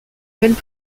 mêlent